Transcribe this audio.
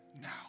now